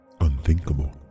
unthinkable